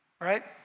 right